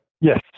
Yes